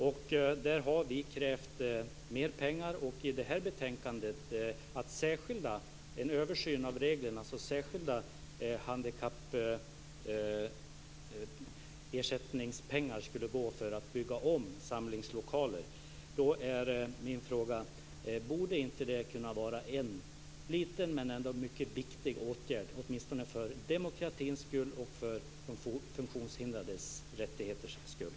Vi har krävt mer pengar och i det här betänkandet föreslås en översyn av reglerna så att särskilda handikappersättningspengar skulle kunna gå till att bygga om samlingslokaler. Då är min fråga: Borde inte det kunna vara en liten men ändå mycket viktig åtgärd för demokratins skull och för de funktionshindrades rättigheters skull?